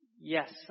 yes